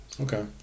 Okay